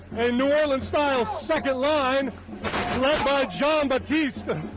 a new orleans-style second line led by jon batiste,